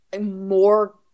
more